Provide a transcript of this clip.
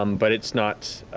um but it's not.